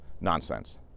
Nonsense